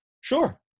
Sure